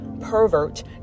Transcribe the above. pervert